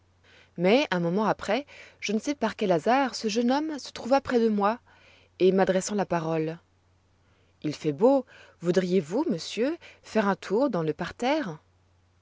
mais un moment après je ne sais par quel hasard ce jeune homme se trouva auprès de moi et m'adressant la parole il fait beau voudriez-vous monsieur faire un tour dans le parterre